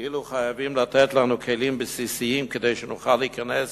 כאילו חייבים לתת לנו כלים בסיסיים כדי שנוכל להיכנס